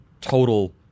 total